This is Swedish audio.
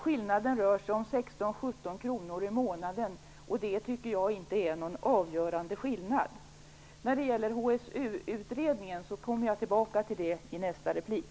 Skillnaden rör sig om 16 à 17 kr i månaden, och det tycker inte jag är någon avgörande skillnad. När det gäller HSU-utredningen kommer jag tillbaka till den i nästa replik.